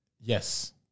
Yes